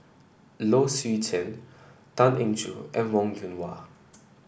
Low Swee Chen Tan Eng Joo and Wong Yoon Wah